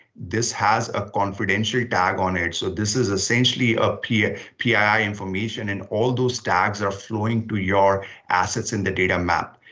this has a confidential tag on it. so this is essentially a pii ah pii information and all those tags are flowing to your assets in the data map.